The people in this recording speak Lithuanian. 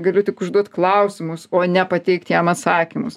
galiu tik užduot klausimus o ne pateikt jam atsakymus